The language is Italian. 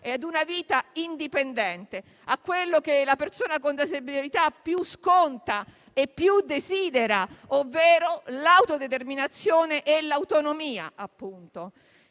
e a una vita indipendente, a quello che la persona con disabilità più sconta e più desidera, ovvero l'autodeterminazione e l'autonomia.